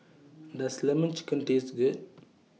Does Lemon Chicken Taste Good